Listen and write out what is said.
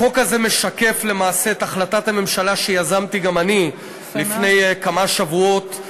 החוק הזה משקף למעשה את החלטת הממשלה שיזמתי גם אני לפני כמה שבועות,